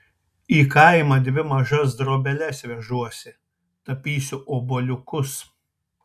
į kaimą dvi mažas drobeles vežuosi tapysiu obuoliukus